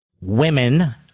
women